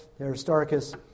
Aristarchus